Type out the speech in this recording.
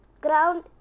ground